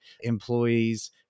employees